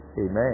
Amen